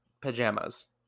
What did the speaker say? pajamas